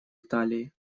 италии